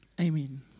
Amen